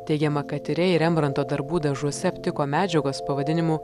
teigiama kad tyrėjai rembranto darbų dažuose aptiko medžiagos pavadinimu